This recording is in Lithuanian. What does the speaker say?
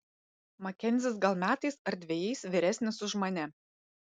makenzis gal metais ar dvejais vyresnis už mane